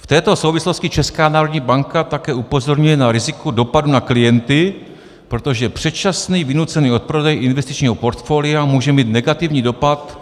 V této souvislosti Česká národní banka také upozorňuje na riziko dopadu na klienty, protože předčasný vynucený odprodej investičního portfolia může mít negativní dopad...